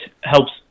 helps